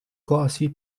glossy